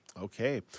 Okay